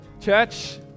Church